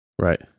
Right